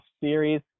series